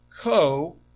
co